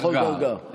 בכל דרגה.